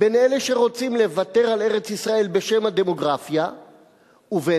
בין אלה שרוצים לוותר על ארץ-ישראל בשם הדמוגרפיה ובין